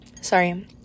Sorry